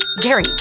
Gary